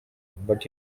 but